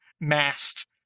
mast